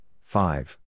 five